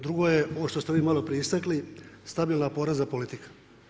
Drugo je, ono što ste vi malo prije istakli, stabilna porezna politika.